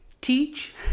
teach